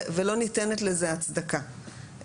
ולא ניתנת לזה הצדקה,